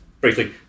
Briefly